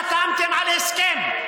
אתם חתמתם על הסכם,